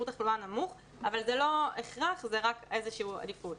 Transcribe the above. תחלואה נמוך אבל זה לא הכרח רק איזושהי עדיפות.